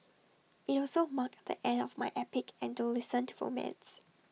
IT also marked the ear of my epic adolescent romance